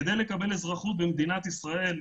כדי לקבל אזרחות במדינת ישראל,